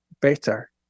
better